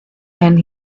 and